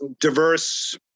diverse